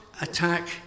attack